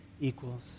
equals